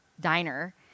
diner